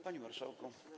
Panie Marszałku!